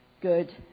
good